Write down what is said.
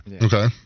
Okay